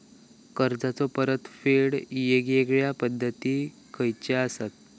कर्जाचो परतफेड येगयेगल्या पद्धती खयच्या असात?